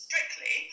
Strictly